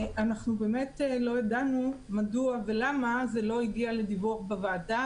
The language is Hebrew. אנחנו באמת לא ידענו מדוע ולמה זה לא הגיע לדיווח בוועדה,